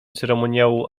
ceremoniału